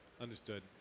Understood